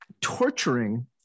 torturing